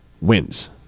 wins